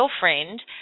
girlfriend